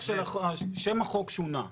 שם החוק שונה.